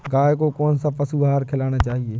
गाय को कौन सा पशु आहार खिलाना चाहिए?